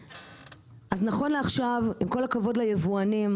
אז נכון לעכשיו עם כל הכבוד ליבואנים,